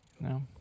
No